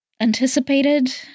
anticipated